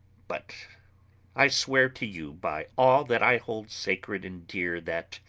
but i swear to you by all that i hold sacred and dear that,